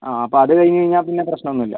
ആ അപ്പം അത് കഴിഞ്ഞുകഴിഞ്ഞാൽ പിന്നെ പ്രശ്നമൊന്നും ഇല്ല